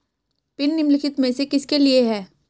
Pin निम्नलिखित में से किसके लिए है?